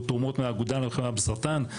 או תרומות מהאגודה למלחמה בסרטן,